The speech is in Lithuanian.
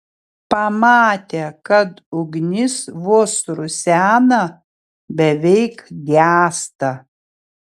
pamatė kad ugnis vos rusena beveik gęsta